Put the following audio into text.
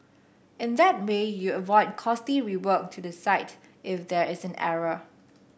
in that way you avoid costly rework to the site if there is an error